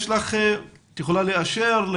את יכולה לאשר?